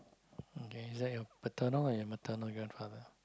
okay is that your paternal or your maternal grandfather